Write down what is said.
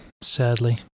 sadly